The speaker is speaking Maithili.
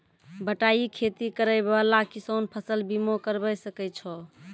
बटाई खेती करै वाला किसान फ़सल बीमा करबै सकै छौ?